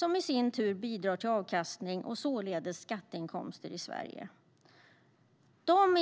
vilket bidrar till avkastningen och därigenom skatteinkomster i Sverige.